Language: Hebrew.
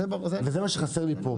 שזה מה שחסר לי פה.